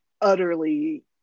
utterly